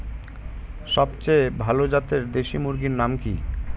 সবচেয়ে ভালো জাতের দেশি মুরগির নাম কি?